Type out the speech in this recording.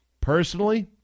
Personally